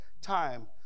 time